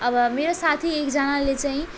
अब मेरो साथी एकजनाले चाहिँ